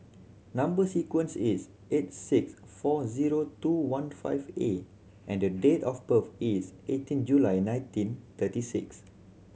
number sequence is eight six four zero two one five A and the date of birth is eighteen July nineteen thirty six